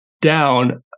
down